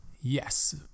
Yes